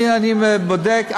אני בודק.